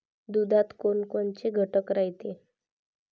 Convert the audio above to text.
दुधात कोनकोनचे घटक रायते?